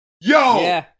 Yo